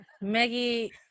Maggie